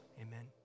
amen